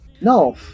No